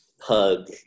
hug